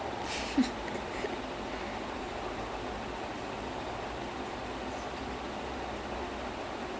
அந்த மாதிரி எல்லாம் பயங்கரமான:antha maathiri ellaam bayangaramaana scenes then satish is probably the